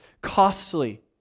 costly